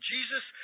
Jesus